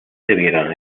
debieron